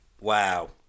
Wow